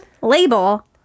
label